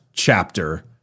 chapter